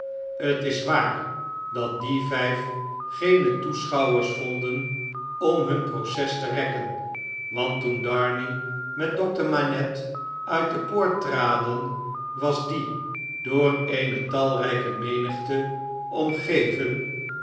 t is waar dat die vijf geene toeschouwers vonden om hun proces te rekken want toen darnay met dokter manette uit de poort traden was die door eene talrijke menigte omgeven